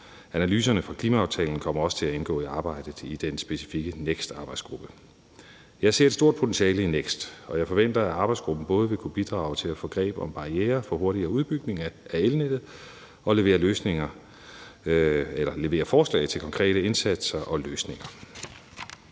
Analyserne fra klimaaftalen kommer også til at indgå i arbejdet i den specifikke NEKST-arbejdsgruppe. Jeg ser et stort potentiale i NEKST, og jeg forventer, at arbejdsgruppen både vil kunne bidrage til at få greb om barrierer for hurtigere udbygning af elnettet og levere forslag til konkrete indsatser og løsninger.